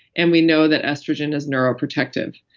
and we know that estrogen is neuro protective.